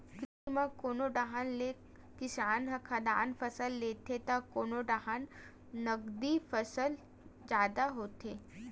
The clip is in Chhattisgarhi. कृषि म कोनो डाहर के किसान ह खाद्यान फसल लेथे त कोनो डाहर नगदी फसल जादा होथे